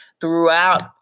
throughout